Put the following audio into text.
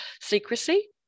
secrecy